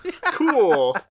Cool